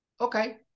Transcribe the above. Okay